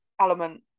element